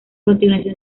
continuación